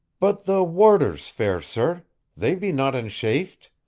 but the warders, fair sir they be not enchafed.